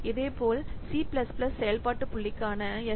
இதேபோல் C plus plus செயல்பாட்டு புள்ளிக்கான எஸ்